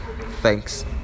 thanks